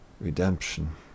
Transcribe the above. Redemption